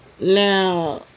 Now